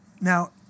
Now